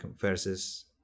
versus